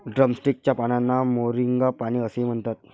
drumstick च्या पानांना moringa पाने असेही म्हणतात